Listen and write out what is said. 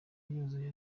yaruzuye